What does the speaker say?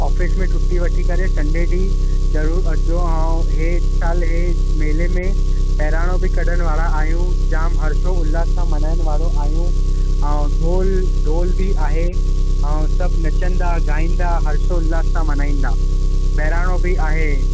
office में छुटी वठी करे संडे ॾींहुं ज़रूरु अचिजो ऐं हे सालु हे मेले में बहिराणो बि कढण वारा आहियूं जामु हर्शो उल्लास सां मल्हाइण वारा आहियूं ऐं ढोल ढोल बि आहे ऐं सभु नचंदा ॻाईंदा हर्शो उल्लास सां मल्हाईंदा बहिराणो बि आहे